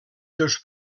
seus